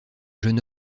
jeune